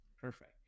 Perfect